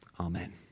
Amen